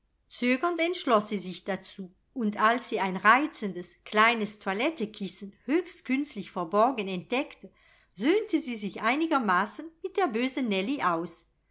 zögernd entschloß sie sich dazu und als sie ein reizendes kleines toilettekissen höchst künstlich verborgen entdeckte söhnte sie sich einigermaßen mit der bösen nellie aus